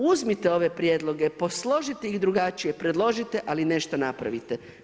Uzmite ove prijedloge, posložite ih drugačije, predložite, ali nešto napravite.